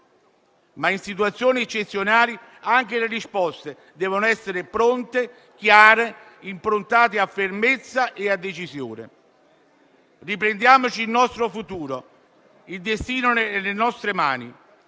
In situazioni eccezionali, anche le risposte devono essere pronte, chiare, improntate a fermezza e a decisione. Riprendiamoci il nostro futuro, il destino nelle nostre mani.